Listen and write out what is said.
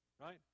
Right